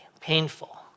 painful